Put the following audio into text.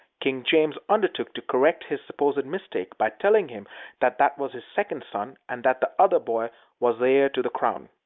king james undertook to correct his supposed mistake, by telling him that that was his second son, and that the other boy was the heir to the crown.